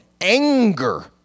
anger